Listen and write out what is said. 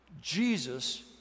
Jesus